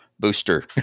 Booster